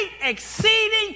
exceeding